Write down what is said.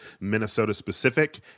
Minnesota-specific